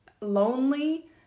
lonely